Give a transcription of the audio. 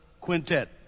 Quintet